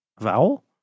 Vowel